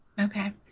Okay